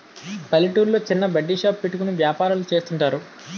పల్లెటూర్లో చిన్న బడ్డీ షాప్ పెట్టుకుని వ్యాపారాలు చేస్తుంటారు